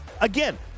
again